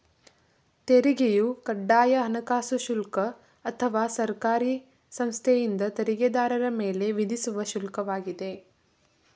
ತೆರಿಗೆಯು ಕಡ್ಡಾಯ ಹಣಕಾಸು ಶುಲ್ಕ ಅಥವಾ ಸರ್ಕಾರಿ ಸಂಸ್ಥೆಯಿಂದ ತೆರಿಗೆದಾರರ ಮೇಲೆ ವಿಧಿಸುವ ಶುಲ್ಕ ವಾಗಿದೆ